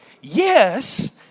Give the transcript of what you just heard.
Yes